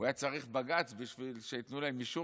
הוא היה צריך בג"ץ בשביל שייתנו להם אישור